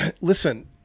listen